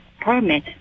permit